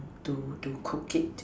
to to to cook it